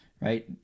right